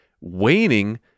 waning